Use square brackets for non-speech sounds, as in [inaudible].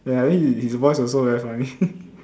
ya I mean his his voice also very funny [laughs]